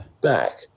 back